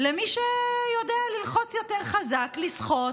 למי שיודע ללחוץ יותר חזק, לסחוט,